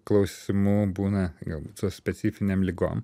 klausimų būna galbūt su specifinėm ligom